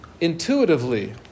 Intuitively